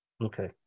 Okay